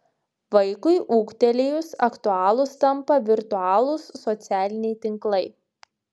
vaikui ūgtelėjus aktualūs tampa virtualūs socialiniai tinklai